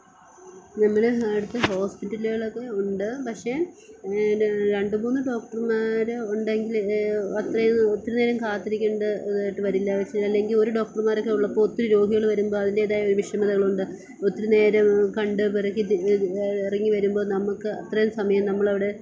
നമ്മുടെ നാട്ടിൽ ഹോസ്പിറ്റലുകളൊക്കെ ഉണ്ട് പക്ഷെ എന്നാ രണ്ട് മൂന്ന് ഡോക്ടർമാർ ഉണ്ടെങ്കിൽ അത്രയൊന്നും ഒത്തിരി നേരം കാത്തിരിക്കേണ്ട ഇതായിട്ട് വരില്ല പക്ഷെ അല്ലെങ്കിൽ ഒരു ഡോക്ടർമാരൊക്കെ ഉള്ളപ്പോൾ ഒത്തിരി രോഗികൾ വരുമ്പോൾ അതിൻറ്റേതായൊരു വിഷമതകളുണ്ട് ഒത്തിരി നേരം കണ്ട് പെറുക്കി ഇറങ്ങി വരുമ്പോൾ നമുക്ക് അത്രയും സമയം നമ്മൾ അവിടെ